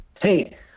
Hey